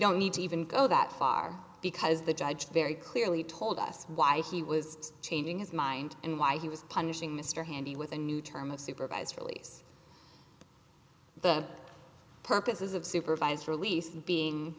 don't need to even go that far because the judge very clearly told us why he was changing his mind and why he was punishing mr handy with a new term of supervised release the purposes of supervised release and being